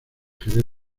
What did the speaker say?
jerez